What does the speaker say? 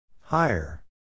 Higher